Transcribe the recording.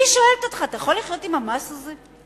אני שואלת אותך, אתה יכול לחיות עם המס הזה?